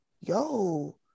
yo